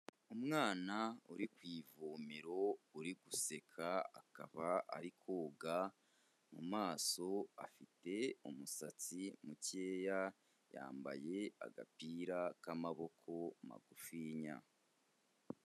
Umwana uri ku ivumero uri guseka akaba ari koga mu maso, afite umusatsi mukeya, yambaye agapira k'amaboko magufinya.